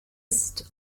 ist